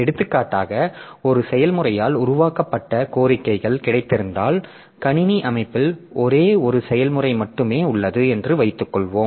எடுத்துக்காட்டாக ஒரு செயல்முறையால் உருவாக்கப்பட்ட கோரிக்கைகள் கிடைத்திருந்தால் கணினி அமைப்பில் ஒரே ஒரு செயல்முறை மட்டுமே உள்ளது என்று வைத்துக்கொள்வோம்